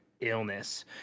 illness